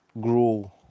grow